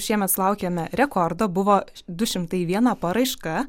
šiemet sulaukėme rekordo buvo du šimtai viena paraiška